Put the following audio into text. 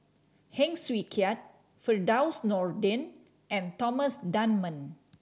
Heng Swee Keat Firdaus Nordin and Thomas Dunman